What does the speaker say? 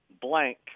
blank